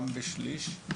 גם בשליש,